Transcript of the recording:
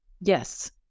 Yes